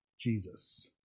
Jesus